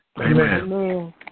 Amen